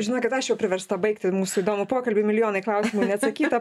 žinokit aš jau priversta baigti mūsų įdomų pokalbį milijonai klausimų neatsakyta